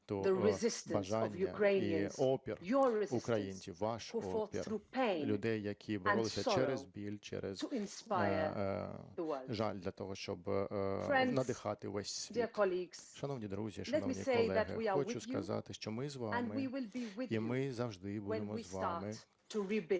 Шановні друзі, шановні колеги, хочу сказати, що ми з вами, і ми завжди будемо з вами, коли ми будемо починати